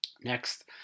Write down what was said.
Next